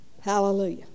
Hallelujah